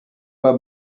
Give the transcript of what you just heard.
pas